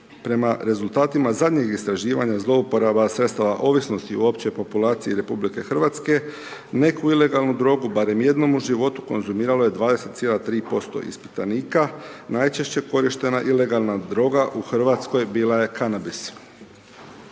Prema rezultatima zadnjih istraživanja zlouporaba sredstava ovisnosti uopće u populaciji RH neku ilegalnu drogu barem jednom u životu konzumiralo je 20,3% ispitanika. Najčešće korištena ilegalna droga u Hrvatskoj bila je kanabis.